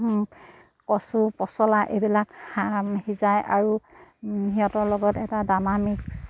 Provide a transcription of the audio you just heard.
কচু পচলা এইবিলাক সিজাই আৰু সিহঁতৰ লগত এটা দানা মিক্স